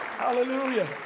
hallelujah